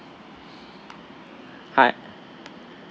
hi